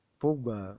pogba